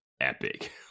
epic